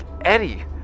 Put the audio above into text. Eddie